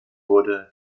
wurde